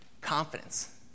confidence